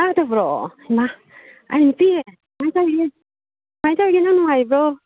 ꯇꯥꯗꯕ꯭ꯔꯣ ꯍꯩꯃꯥ ꯏꯆꯦ ꯀꯃꯥꯏꯅ ꯇꯧꯔꯤꯒꯦ ꯀꯃꯥꯏꯅ ꯇꯧꯔꯤꯒꯦ ꯅꯪ ꯅꯨꯡꯉꯥꯏꯔꯤꯕꯣ